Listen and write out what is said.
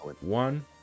one